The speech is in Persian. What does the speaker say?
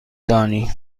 دانی